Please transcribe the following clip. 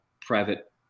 private